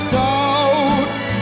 doubt